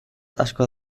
asko